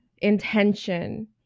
intention